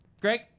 Greg